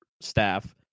staff